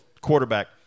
quarterback –